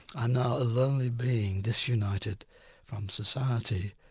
and now a lonely being disunited from society.